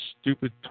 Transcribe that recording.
stupid